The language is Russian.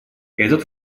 этот